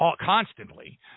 constantly